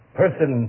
person